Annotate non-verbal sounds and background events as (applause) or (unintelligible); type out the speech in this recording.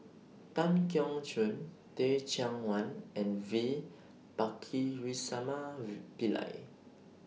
Tan Keong Choon Teh Cheang Wan and V Pakirisamy (unintelligible) Pillai (noise)